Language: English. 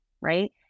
right